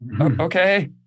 okay